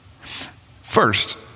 First